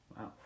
Wow